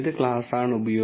9 ആയും ക്ലാസ് 2 ൽ നിന്ന് 0